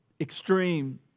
extreme